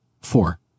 Four